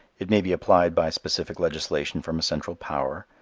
it may be applied by specific legislation from a central power,